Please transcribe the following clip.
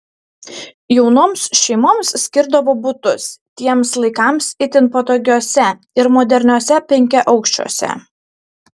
jaunoms šeimoms skirdavo butus tiems laikams itin patogiuose ir moderniuose penkiaaukščiuose